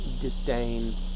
disdain